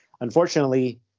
unfortunately